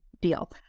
deal